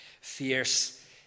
Fierce